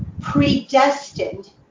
predestined